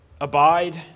abide